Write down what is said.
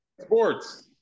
sports